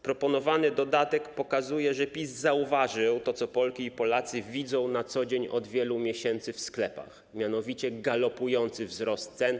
Proponowany dodatek pokazuje, że PiS zauważył to, co Polki i Polacy widzą na co dzień od wielu miesięcy w sklepach, mianowicie galopujący wzrost cen.